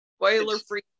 spoiler-free